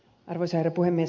arvoisa herra puhemies